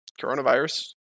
coronavirus